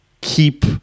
keep